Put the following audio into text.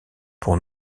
pour